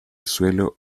suelo